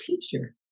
teacher